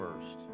first